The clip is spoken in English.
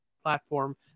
platform